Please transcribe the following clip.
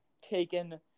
taken –